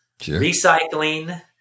recycling